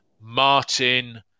Martin